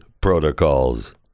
protocols